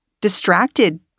distracted